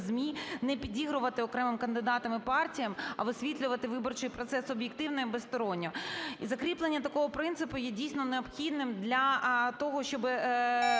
ЗМІ не підігрувати окремим кандидатам і партіям, а висвітлювати виборчий процес об'єктивно і безсторонньо. І закріплення такого принципу є, дійсно, необхідним для того, щоби